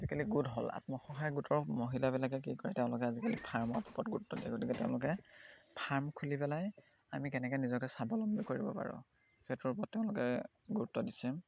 আজিকালি গোট হ'ল আত্মসহায়ক গোটৰ মহিলাবিলাকে কি কৰে তেওঁলোকে আজিকালি ফাৰ্মৰ ওপৰত গুৰুত্ব দিয়ে গতিকে তেওঁলোকে ফাৰ্ম খুলি পেলাই আমি কেনেকৈ নিজকে স্বাৱলম্বী কৰিব পাৰোঁ সেইটোৰ ওপৰত তেওঁলোকে গুৰুত্ব দিছে